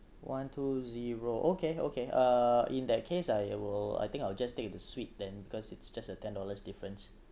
one two zero okay okay uh in that case I will I think I will just take the suite then cause it's just a ten dollars difference